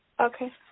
Okay